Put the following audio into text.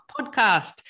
Podcast